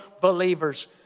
believers